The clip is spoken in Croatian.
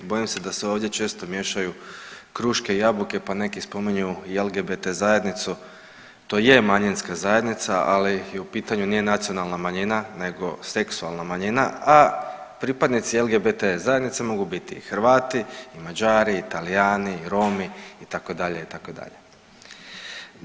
Bojim se da se ovdje često miješaju kruške i jabuke pa neki spominju i LGBT zajednicu, to je manjinska zajednica ali i u pitanju nije nacionalna manjina nego seksualna manjina, a pripadnici LGBT zajednice mogu biti Hrvati, Mađari, Talijani, Romi itd., itd.